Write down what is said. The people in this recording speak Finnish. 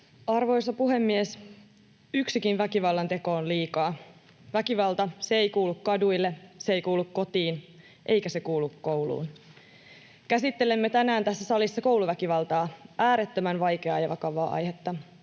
Arvoisa puhemies! Yksikin väkivallanteko on liikaa. Väkivalta ei kuulu kaduille, se ei kuulu kotiin, eikä se kuulu kouluun. Käsittelemme tänään tässä salissa kouluväkivaltaa, äärettömän vaikeaa ja vakavaa aihetta,